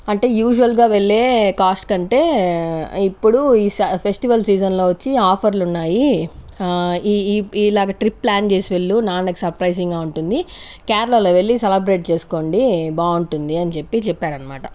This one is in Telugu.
అంటే యూజువల్గా వెళ్ళే కాస్ట్ కంటే ఇప్పుడు ఈ ఫెస్టివల్ సీజన్లో వచ్చి ఆఫర్లున్నాయి ఈ ఈ ఇలాగ ట్రిప్ ప్లాన్ చేసి వెళ్ళు నాన్నకు సర్ప్రైజింగ్ ఉంటుంది కేరళలో వెళ్ళి సెలబ్రేట్ చేసుకోండి బాగుంటుంది అని చెప్పి చెప్పారన్నమాట